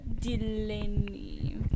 Delaney